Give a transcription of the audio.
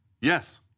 yes